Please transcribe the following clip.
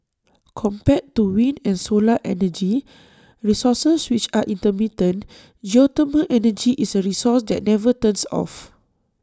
compared to wind and solar energy resources which are intermittent geothermal energy is A resource that never turns off